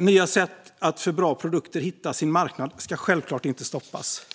Nya sätt för bra produkter att hitta sin marknad ska självklart inte stoppas.